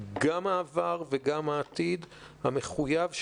גם לעבר וגם לעתיד, והוא מחויב.